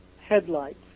headlights